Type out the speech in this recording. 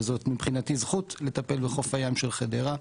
וזו מבחינתי זכות לטפל בחוף הים של חדרה.